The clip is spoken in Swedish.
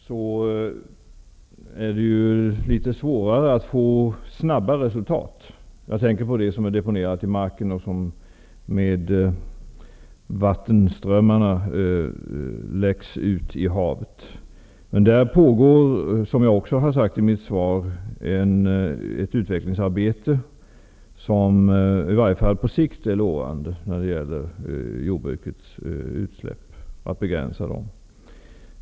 Jag tänker på avfall som har deponerats i marken och som läcker ut med vattenströmmarna i havet. Som jag sade i mitt svar pågår ett utvecklingsarbete som i varje fall på sikt är lovande när det gäller att begränsa utsläppen från jordbruket.